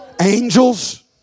Angels